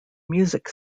music